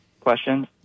questions